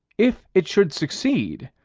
if it should succeed,